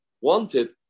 wanted